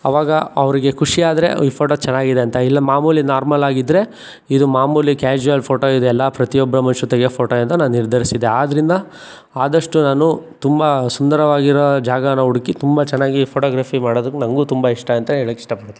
ಆವಾಗ ಅವರಿಗೆ ಖುಷಿಯಾದರೆ ಈ ಫೋಟೊ ಚೆನ್ನಾಗಿದೆ ಅಂತ ಇಲ್ಲ ಮಾಮೂಲಿ ನಾರ್ಮಲಾಗಿದ್ದರೆ ಇದು ಮಾಮೂಲಿ ಕ್ಯಾಶುವಲ್ ಫೋಟೊ ಇದೆಲ್ಲ ಪ್ರತಿಯೊಬ್ಬರ ಮನುಷ್ಯರು ತೆಗೆಯೊ ಫೋಟೊ ಅಂತ ನಾನು ನಿರ್ಧರಿಸಿದೆ ಆದ್ದರಿಂದ ಆದಷ್ಟು ನಾನು ತುಂಬ ಸುಂದರವಾಗಿರೊ ಜಾಗನ ಹುಡುಕಿ ತುಂಬ ಚೆನ್ನಾಗಿ ಫೋಟೊಗ್ರಾಫಿ ಮಾಡೋದಕ್ಕೆ ನನಗೂ ತುಂಬ ಇಷ್ಟ ಅಂತ ಹೇಳೋಕೆ ಇಷ್ಟಪಡ್ತೀನಿ